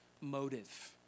motive